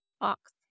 box